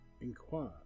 Inquire